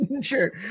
sure